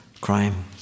crime